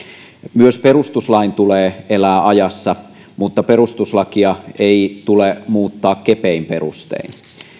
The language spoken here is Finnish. myös perustuslain tulee elää ajassa mutta perustuslakia ei tule muuttaa kepein perustein